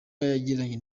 yagiranye